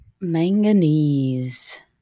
Manganese